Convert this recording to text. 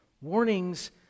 Warnings